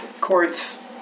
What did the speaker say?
Court's